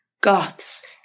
goths